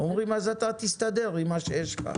אומרים, אז אתה תסתדר עם מה שיש לך.